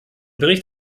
bericht